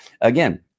Again